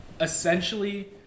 essentially